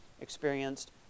experienced